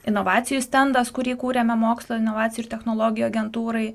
inovacijų stendas kurį kūrėme mokslo inovacijų ir technologijų agentūrai